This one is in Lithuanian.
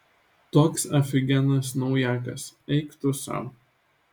toks afigienas naujakas eik tu sau